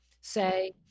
say